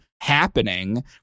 happening